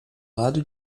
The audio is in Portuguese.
lado